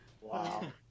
Wow